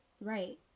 right